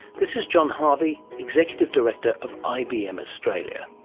this is john harvey, executive director of ibm australia.